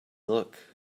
look